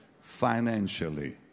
financially